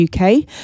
uk